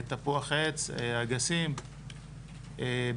תפוח עץ, אגסים בעיקר,